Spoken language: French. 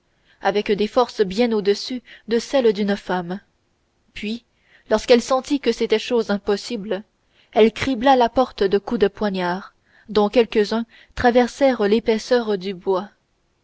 avec des forces bien au-dessus de celles d'une femme puis lorsqu'elle sentit que c'était chose impossible elle cribla la porte de coups de poignard dont quelques-uns traversèrent l'épaisseur du bois